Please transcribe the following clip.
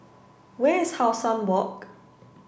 where is How Sun Walk